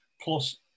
Plus